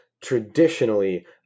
traditionally